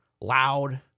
loud